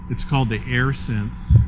it's called the air sense.